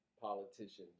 politicians